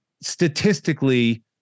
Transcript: statistically